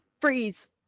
Freeze